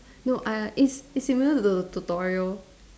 no uh it's it's similar to the tutorial